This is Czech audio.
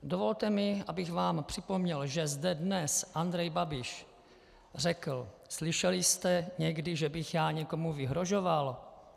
Dovolte mi, abych vám připomněl, že zde dnes Andrej Babiš řekl: Slyšeli jste někdy, že bych já někomu vyhrožoval?